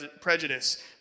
prejudice